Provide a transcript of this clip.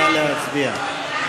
נא להצביע.